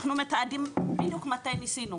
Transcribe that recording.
אנחנו מתעדים בדיוק מתי ניסינו.